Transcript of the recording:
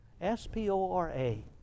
S-P-O-R-A